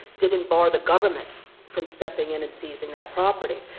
didn't bar the government from stepping in and seizing that property.